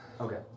Okay